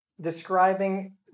describing